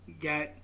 got